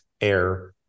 air